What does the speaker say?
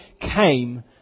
came